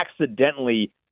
accidentally